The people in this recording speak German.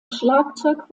schlagzeug